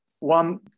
One